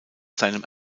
seinem